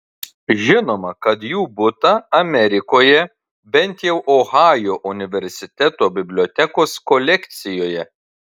žinoma kad jų būta amerikoje bent jau ohajo universiteto bibliotekos kolekcijoje